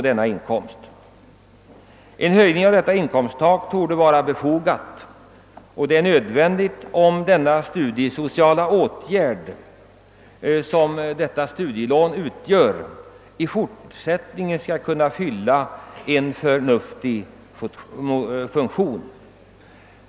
En höjning av inkomsttaket torde vara befogad, och det är nödvändigt att genomföra en sådan höjning om den studiesociala åtgärd, som ifrågavarande studielån utgör, i fortsättningen skall kunna fylla sin funktion på ett förnuftigt sätt.